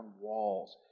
walls